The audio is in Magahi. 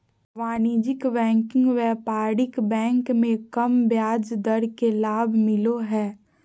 वाणिज्यिक बैंकिंग व्यापारिक बैंक मे कम ब्याज दर के लाभ मिलो हय